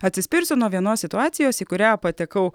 atsispirsiu nuo vienos situacijos į kurią patekau